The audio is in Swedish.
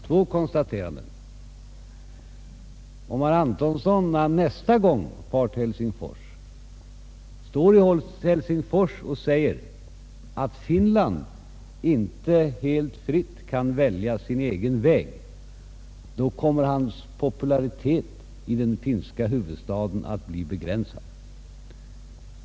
Två konstateranden, herr talman! För det första: Om herr Antonsson när han nästa gång kommer till Helsingfors står där och säger att Finland inte helt fritt kan välja sin egen väg, så kommer hans popularitet i den finska huvudstaden att bli begränsad.